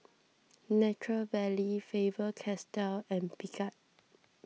Nature Valley Faber Castell and Picard